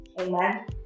Amen